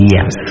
Yes